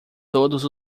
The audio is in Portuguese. todos